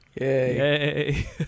Yay